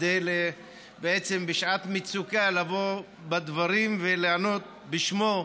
כדי בשעת מצוקה לבוא בדברים ולענות בשמו.